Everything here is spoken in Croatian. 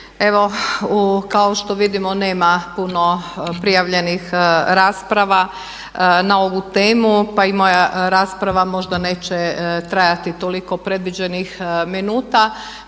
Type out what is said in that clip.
Evo kao što vidimo nema puno prijavljenih rasprava na ovu temu pa i moja rasprava možda neće trajati toliko predviđenih minuta